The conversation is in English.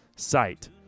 site